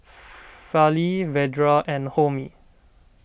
Fali Vedre and Homi